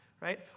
right